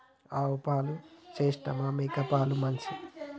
ఆవు పాలు శ్రేష్టమా మేక పాలు మంచియా?